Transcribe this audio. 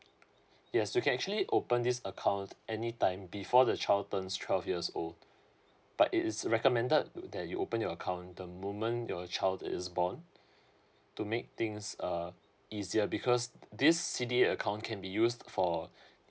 yes you can actually open this account any time before the child turns twelve years old but it is recommended that you open your account the moment your child is born to make things uh easier because this C_D_A account can be used for